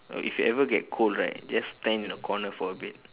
if you ever get cold right just stand in the corner for a bit